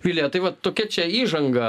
vilija tai vat tokia čia įžanga